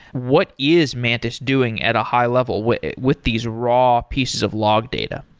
what is mantis doing at a high-level with with these raw pieces of log data?